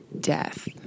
Death